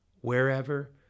wherever